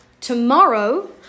tomorrow